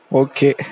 okay